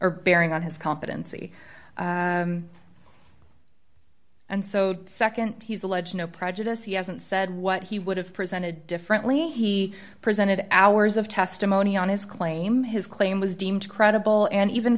or bearing on his competency and so nd he's alleged no prejudice he hasn't said what he would have presented differently he presented as hours of testimony on his claim his claim was deemed credible and even